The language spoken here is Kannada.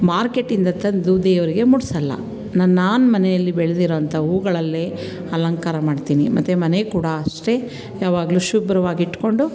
ಮಾರ್ಕೆಟಿಂದ ತಂದು ದೇವರಿಗೆ ಮುಡ್ಸೋಲ್ಲ ನಾನು ನಾನು ಮನೆಯಲ್ಲಿ ಬೆಳೆದಿರುವಂಥ ಹೂಗಳಲ್ಲೇ ಅಲಂಕಾರ ಮಾಡ್ತೀನಿ ಮತ್ತು ಮನೆ ಕೂಡ ಅಷ್ಟೇ ಯಾವಾಗಲೂ ಶುಭ್ರವಾಗಿಟ್ಟುಕೊಂಡು